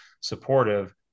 supportive